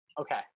Okay